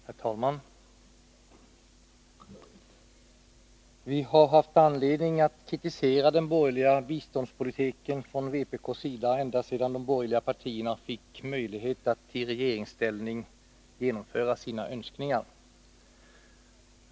Herr talman! Vi har från vpk:s sida haft anledning att kritisera den borgerliga biståndspolitiken ända sedan de borgerliga partierna fick möjlighet att i regeringsställning genomföra sina önskningar.